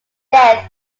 death